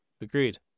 Agreed